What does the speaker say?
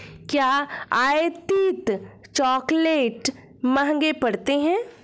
क्या आयातित चॉकलेट महंगे पड़ते हैं?